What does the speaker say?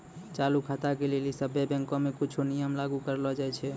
चालू खाता के लेली सभ्भे बैंको मे कुछो नियम लागू करलो जाय छै